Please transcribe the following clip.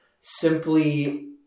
simply